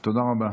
תודה רבה.